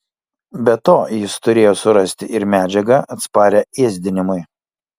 be to jis turėjo surasti ir medžiagą atsparią ėsdinimui